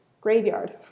Graveyard